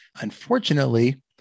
Unfortunately